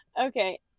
Okay